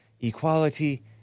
equality